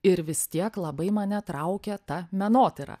ir vis tiek labai mane traukė ta menotyra